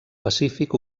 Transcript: pacífic